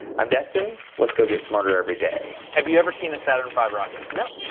i'm destin, let's go get smarter every day. have you ever seen a saturn v rocket? no.